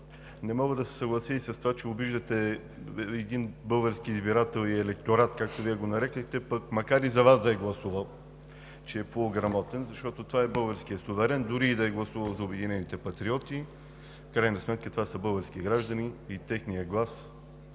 Не мога да се съглася и с това, че обиждате един български избирател и „електорат“, както Вие го нарекохте, пък макар и за Вас да е гласувал, че е полуграмотен, защото това е българският суверен дори и да е гласувал за „Обединени патриоти“. В крайна сметка това са български граждани и техният глас